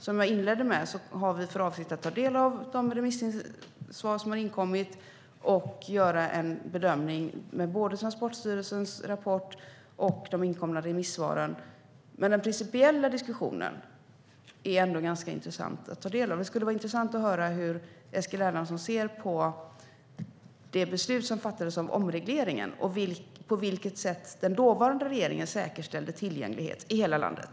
Som jag inledde med har vi för avsikt att ta del av de remissvar som har inkommit och göra en bedömning utifrån både Transportstyrelsens rapport och de inkomna remissvaren, men det är intressant att ta del av den principiella diskussionen. Det skulle vara intressant att höra hur Eskil Erlandsson ser på det beslut som fattades om omregleringen och på vilket sätt den dåvarande regeringen säkerställde tillgänglighet i hela landet.